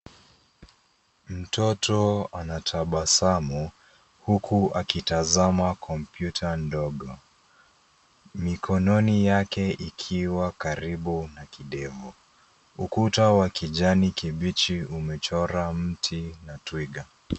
Mtoto anatabasamu huku akitazama kompyuta ndogo. Mikononi yake ikiwa karibu na kidevu. Ukuta wa kijani kibichi umechorwa mti na twiga.